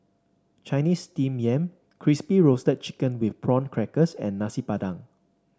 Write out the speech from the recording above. Chinese Steamed Yam Crispy Roasted Chicken with Prawn Crackers and Nasi Padang